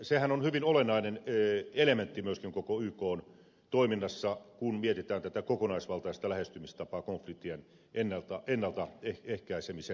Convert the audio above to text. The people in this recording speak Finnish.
sehän on hyvin olennainen elementti myöskin koko ykn toiminnassa kun mietitään tätä kokonaisvaltaista lähestymistapaa konfliktien ennaltaehkäisemisessä